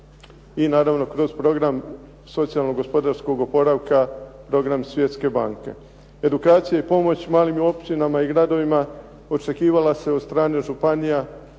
i naravno kroz Program socijalno-gospodarskog oporavka, program Svjetske banke. Edukacija i pomoć malim općinama i gradovima očekivala se od strane županija,